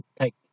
take